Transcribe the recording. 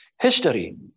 history